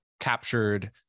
captured